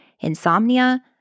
insomnia